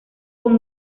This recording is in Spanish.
con